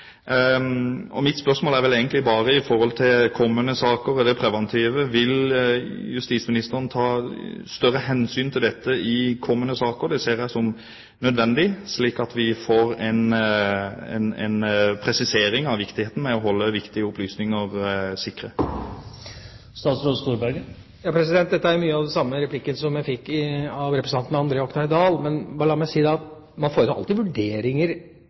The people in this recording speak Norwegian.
Mitt spørsmål gjelder egentlig kommende saker, eller det preventive: Vil justisministeren ta større hensyn til dette i kommende saker? Det ser jeg som nødvendig, slik at vi får en presisering av viktigheten av å holde viktige opplysninger sikre. Dette er jo mye av det samme som jeg ble spurt om i replikken fra representanten André Oktay Dahl. Men la meg si det slik: Man setter alltid vurderinger